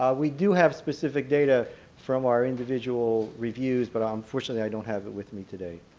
we do have specific data from our individual reviews but um unfortunately i don't have it with me today.